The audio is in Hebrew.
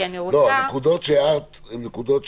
תבינו,